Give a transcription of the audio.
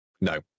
No